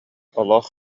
олох